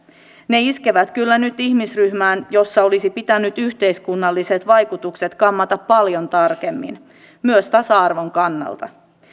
ne iskevät kyllä nyt ihmisryhmään jossa olisi pitänyt yhteiskunnalliset vaikutukset kammata paljon tarkemmin myös tasa arvon kannalta